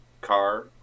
Car